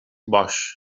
boix